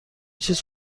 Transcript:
چیز